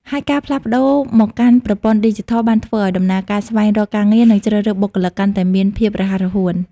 ហើយការផ្លាស់ប្ដូរមកកាន់ប្រព័ន្ធឌីជីថលបានធ្វើឲ្យដំណើរការស្វែងរកការងារ និងជ្រើសរើសបុគ្គលិកកាន់តែមានភាពរហ័សរហួន។